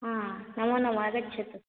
नमो नमः आगच्छतु